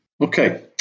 Okay